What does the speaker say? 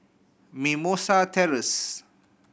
Mimosa Terrace